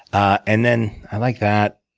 ah and then i like that.